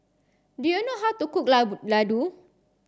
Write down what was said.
do you know how to cook Ladoo